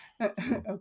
Okay